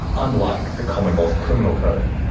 unlike the commonwealth criminal code.